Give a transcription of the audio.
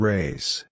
Race